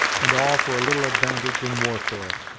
and all for a little advantage in warfare.